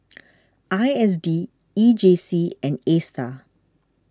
I S D E J C and Astar